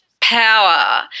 power